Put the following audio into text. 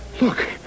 Look